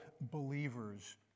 believers